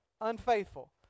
unfaithful